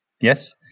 Yes